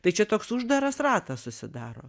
tai čia toks uždaras ratas susidaro